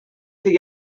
could